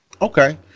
okay